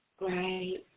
Right